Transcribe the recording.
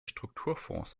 strukturfonds